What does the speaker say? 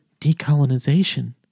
decolonization